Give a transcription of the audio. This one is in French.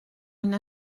une